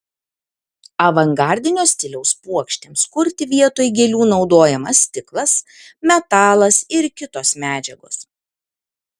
avangardinio stiliaus puokštėms kurti vietoj gėlių naudojamas stiklas metalas ir kitos medžiagos